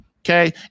okay